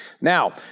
Now